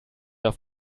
auf